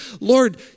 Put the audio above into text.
Lord